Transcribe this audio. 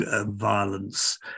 violence